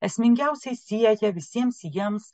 esmingiausiai siekia visiems jiems